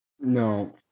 no